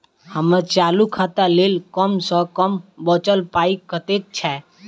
हम्मर चालू खाता लेल कम सँ कम बचल पाइ कतेक छै?